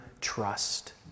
trust